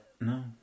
No